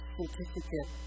certificate